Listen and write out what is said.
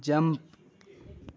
jump